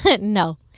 No